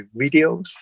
videos